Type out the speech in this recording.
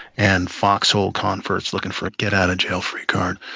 and foxhole converts looking for a get-out-of-jail-free card.